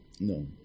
No